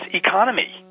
economy